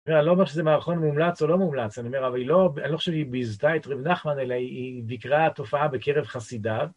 ‫אני לא אומר שזה מערכון מומלץ ‫או לא מומלץ, אני אומר, ‫אבל היא לא, אני לא חושב ‫שהיא ביזתה את רבי נחמן, ‫אלא היא דקרה התופעה בקרב חסידיו.